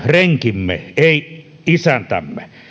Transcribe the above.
renkimme ei isäntämme